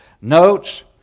notes